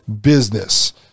business